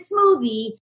smoothie